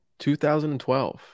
2012